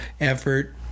effort